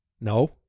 No